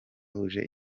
ahuje